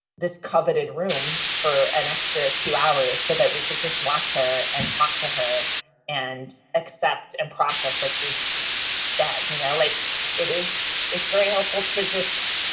this coveted room for an extra two hours so that we could just watch her and talk to her and accept and process that she's that, you know, like it is it's very helpful to just.